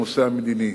הנושא המדיני.